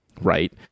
right